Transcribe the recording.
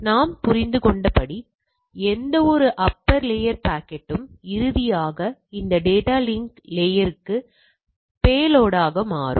நாம் புரிந்துகொண்டபடி எந்தவொரு அப்பர் லேயர் பாக்கெட்டும் இறுதியாக இந்த டேட்டா லிங்க் லேயர்க்கு பேலோடாக மாறும்